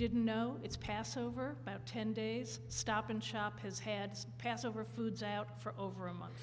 didn't know it's passover ten days stop and shop has had passover foods out for over a month